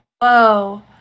whoa